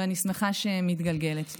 ואני שמחה שהיא מתגלגלת.